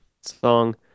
song